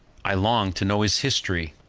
i long to know his history.